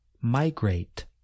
migrate